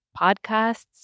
podcasts